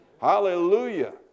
Hallelujah